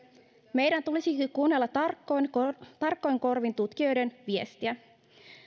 meidän tulisikin kuunnella tarkoin korvin tutkijoiden viestiä